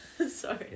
Sorry